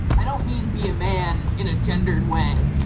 i don't mean be a man in a gendered way,